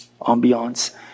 ambiance